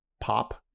pop